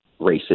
racist